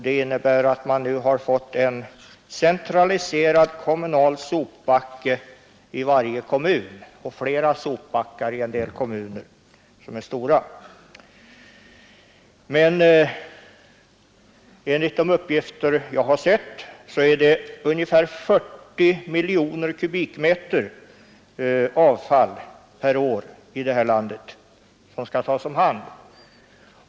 Det innebär att man nu har fått en centraliserad kommunal soptipp i varje kommun och flera soptippar i en del stora kommuner. Enligt uppgift är det i det här landet ungefär 40 miljoner kubikmeter avfall per år som skall tas om hand.